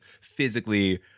physically